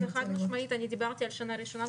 חד-משמעית אני דיברתי על שנה ראשונה,